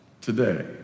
today